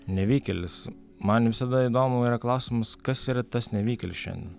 nevykėlis man visada įdomu yra klausimas kas yra tas nevykėlis šiandien